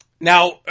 Now